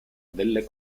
delle